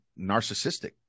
narcissistic